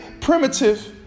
primitive